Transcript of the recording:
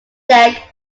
deck